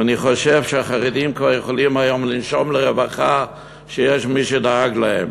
ואני חושב שהחרדים כבר יכולים היום לנשום לרווחה שיש מי שדאג להם.